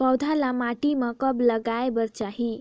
पौधा ल माटी म कब लगाए बर चाही?